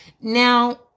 Now